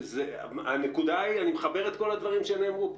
אני מחבר את כל הדברים שנאמרו פה.